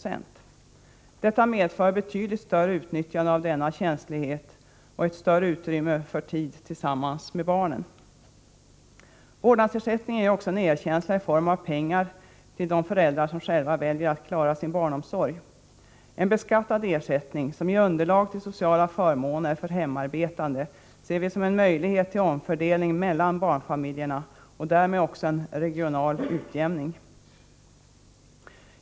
Detta medför betydligt större utnyttjande av denna tjänstledighet och ett större utrymme för tid tillsammans med barnen. Vårdnadsersättningen ger också en erkänsla i form av pengar till de föräldrar som själva väljer att klara sin barnomsorg. En beskattad ersättning som ger underlag till sociala förmåner för hemarbetande ser vi som en möjlighet till omfördelning mellan barnfamiljerna och därmed också en regional utjämning.